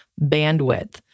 bandwidth